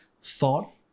thought